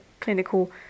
Clinical